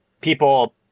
people